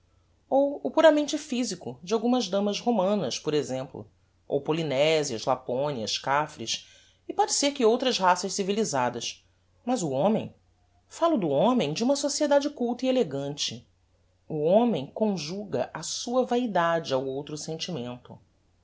ou o puramente physico de algumas damas romanas por exemplo ou polynesias laponias cafres e póde ser que outras raças civilisadas mas o homem falo do homem de uma sociedade culta e elegante o homem conjuga a sua vaidade ao outro sentimento